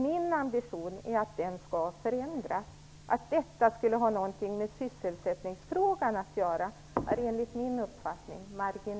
Min ambition är att denna skall förändras, men det har enligt min uppfattning ett mycket marginellt samband med sysselsättningsfrågan.